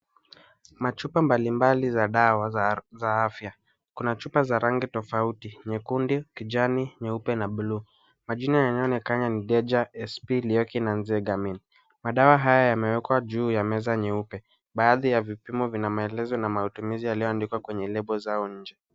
Machupa mbali mbali za dawa za afya. Kuna chupa za rangi tofauti nyekundu, kijani, nyeupe na buluu. Majina yanayoonekana ni Dager SP, Liaki na Zegamin. Madawa haya yamewekwa juu ya meza nyeupe. Baadhi ya vipimo vina maelezo na matumizi yaliyoandikwa kwenye lebo zao nje.